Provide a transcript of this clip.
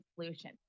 solution